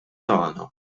tagħna